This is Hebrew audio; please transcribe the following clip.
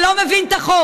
אתה לא מבין את החוק.